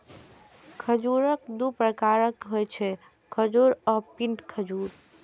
खजूर दू प्रकारक होइ छै, खजूर आ पिंड खजूर